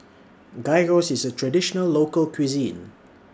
Gyros IS A Traditional Local Cuisine